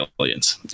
aliens